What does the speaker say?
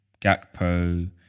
Gakpo